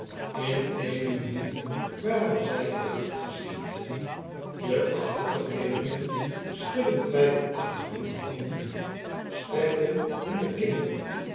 in eene minuut waren z j uit het gezicht de achtergeblevenen schuddedentwyfelachtig hunne hoofden streken hunne kinnen